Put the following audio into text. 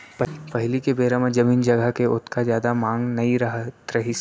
पहिली के बेरा म जमीन जघा के ओतका जादा मांग नइ रहत रहिस हे